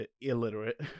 illiterate